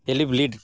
cleveland